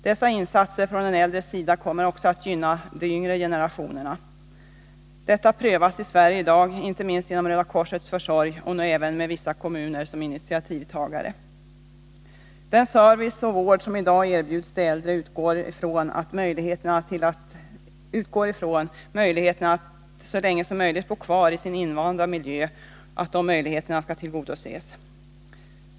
Dessa insatser från de äldres sida kommer också att gynna de yngre generationerna. Denna typ av verksamhet prövas i Sverige i dag, inte minst genom Röda korsets försorg, och nu även med vissa kommuner som initiativtagare. Den service och vård som i dag erbjuds de äldre utgår från att önskemål att så länge som möjligt bo kvar i sin invanda miljö skall tillgodoses.